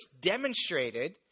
demonstrated